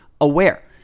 aware